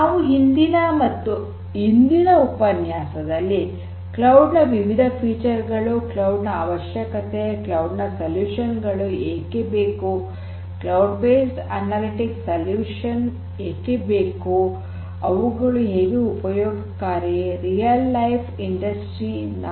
ನಾವು ಹಿಂದಿನ ಮತ್ತು ಇಂದಿನ ಉಪನ್ಯಾಸದಲ್ಲಿ ಕ್ಲೌಡ್ ನ ವಿವಿಧ ವೈಶಿಷ್ಟ್ಯಗಳು ಕ್ಲೌಡ್ ನ ಅವಶ್ಯಕತೆ ಕ್ಲೌಡ್ ನ ಪರಿಹಾರಗಳು ಏಕೆ ಬೇಕು ಕ್ಲೌಡ್ ಬೇಸ್ಡ್ ಅನಾಲಿಟಿಕ್ ಪರಿಹಾರ ಏಕೆ ಬೇಕು ಅವುಗಳು ಹೇಗೆ ಉಪಯೋಗಕಾರಿ ರಿಯಲ್ ಲೈಫ್ ಇಂಡಸ್ಟ್ರಿ ೪